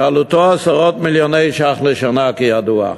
שעלותו עשרות מיליוני ש"ח לשנה, כידוע.